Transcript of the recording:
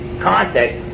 Context